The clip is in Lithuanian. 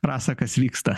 rasa kas vyksta